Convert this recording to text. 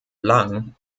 lang